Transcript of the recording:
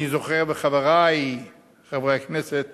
אני זוכר, וחברי חברי הכנסת